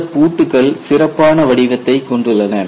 இந்த பூட்டுகள் மிகவும் சிறப்பான வடிவத்தைக் கொண்டுள்ளன